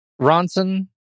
ronson